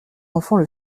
enfants